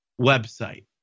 website